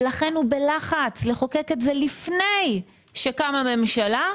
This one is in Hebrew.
לכן הוא בלחץ לחוקק את החוק הזה לפני שקמה ממשלה,